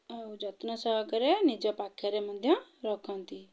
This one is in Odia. ଆଉ ଯତ୍ନ ସହକରେ ନିଜ ପାଖରେ ମଧ୍ୟ ରଖନ୍ତି